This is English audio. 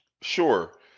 Sure